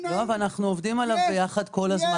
אבל אנחנו עובדים עליו יחד כל הזמן